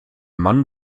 mann